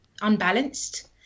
unbalanced